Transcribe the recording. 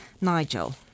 Nigel